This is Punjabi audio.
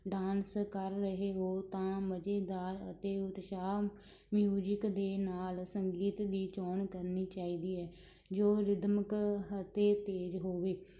ਡਾਂਸ ਕਰ ਰਹੇ ਹੋ ਤਾਂ ਮਜ਼ੇਦਾਰ ਅਤੇ ਉਤਸ਼ਾਹ ਮਿਊਜਿਕ ਦੇ ਨਾਲ ਸੰਗੀਤ ਦੀ ਚੋਣ ਕਰਨੀ ਚਾਹੀਦੀ ਹੈ ਜੋ ਰਿਦਮਕ ਅਤੇ ਤੇਜ਼ ਹੋਵੇ